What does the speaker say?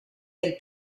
del